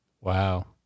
Wow